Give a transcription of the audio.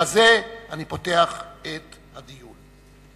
בזה אני פותח את הדיון.